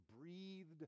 breathed